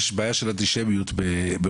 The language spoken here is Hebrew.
יש בעיה של אנטישמיות באוניברסיטאות,